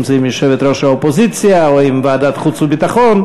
בין שזה עם יושבת-ראש האופוזיציה או עם ועדת החוץ והביטחון,